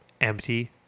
empty